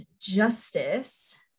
justice